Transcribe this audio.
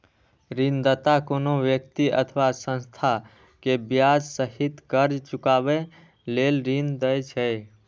ऋणदाता कोनो व्यक्ति अथवा संस्था कें ब्याज सहित कर्ज चुकाबै लेल ऋण दै छै